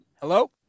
Hello